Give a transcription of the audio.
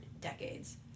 Decades